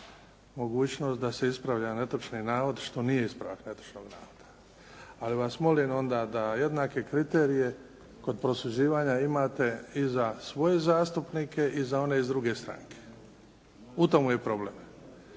mogućnost da se ispravlja netočni navod što nije ispravak netočnog navoda. Ali vas molim onda da jednake kriterije kod prosuđivanja imate i za svoje zastupnike i za one iz druge stranke. U tome je problem.